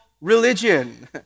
Religion